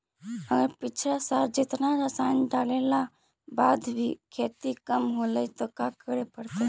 अगर पिछला साल जेतना रासायन डालेला बाद भी खेती कम होलइ तो का करे पड़तई?